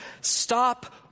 stop